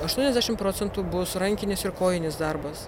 aštuoniasdešimt procentų bus rankinis ir kojinis darbas